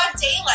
daylight